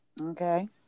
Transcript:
Okay